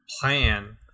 plan